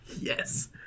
Yes